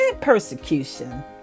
persecution